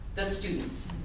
the students.